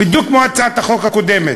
בדיוק כמו בהצעת החוק הקודמת,